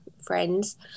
friends